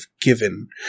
given